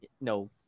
no